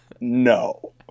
no